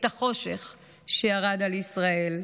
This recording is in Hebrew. את החושך שירד על ישראל.